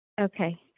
Okay